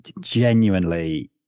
genuinely